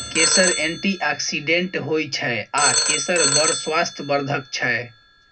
केसर एंटीआक्सिडेंट होइ छै आ केसर बड़ स्वास्थ्य बर्धक छै